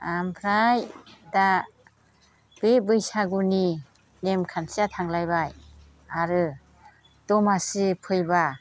आमफ्राय दा बे बैसागुनि नेम खान्थिया थांलायाबाय आरो दमासि फैबा